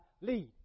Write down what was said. lead